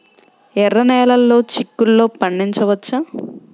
ఎర్ర నెలలో చిక్కుల్లో పండించవచ్చా?